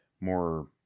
more